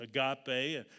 Agape